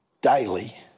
daily